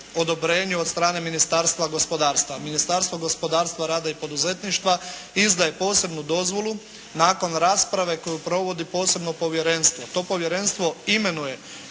odobrenju od strane Ministarstva gospodarstva. Ministarstvo gospodarstva, rada i poduzetništva izdaje posebnu dozvolu nakon rasprave koju provodi posebno povjerenstvo. To povjerenstvu imenuje